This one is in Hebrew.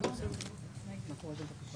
לא התקבלה.